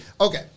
Okay